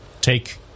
take